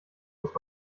muss